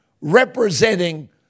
representing